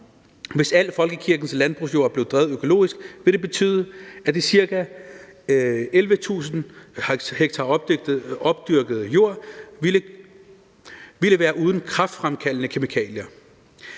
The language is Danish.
hvis al folkekirkens landbrugsjord blev drevet økologisk, betyde, at ca. 11.000 ha opdyrket jord ville være uden kræftfremkaldende kemikalier,